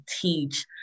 teach